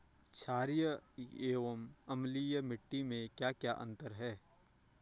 छारीय एवं अम्लीय मिट्टी में क्या क्या अंतर हैं?